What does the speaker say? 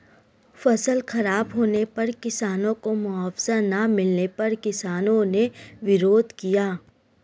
फसल खराब होने पर किसानों को मुआवजा ना मिलने पर किसानों ने विरोध किया